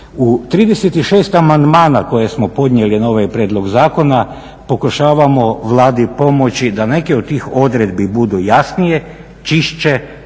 U 36 amandmana koje smo podnijeli na ovaj prijedlog zakona pokušavamo Vladi pomoći da neke od tih odredbi budu jasnije, čišće,